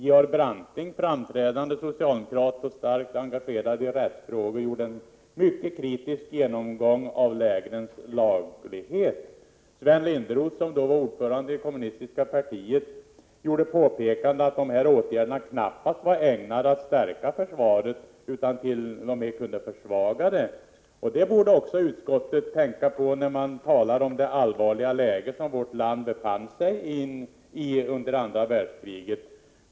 Georg Branting, framträdande socialdemokrat, starkt engagerad i rättsfrågor, gjorde en mycket kritisk genomgång av lägrens laglighet. Sven Lindroth, som då var ordförande i kommunistiska partiet, gjorde påpekandet att dessa åtgärder knappast var ägnade att stärka försvaret utan t.o.m. kunde försvaga det. Det borde utskottet tänka på när det skriver om det allvarliga läge som vårt land befann sig i under andra världskriget.